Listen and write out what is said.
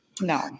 No